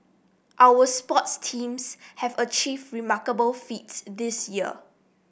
our sports teams have achieved remarkable feats this year